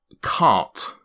cart